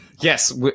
Yes